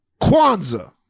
Kwanzaa